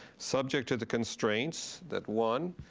subject to the constraints that, one,